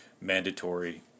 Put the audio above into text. mandatory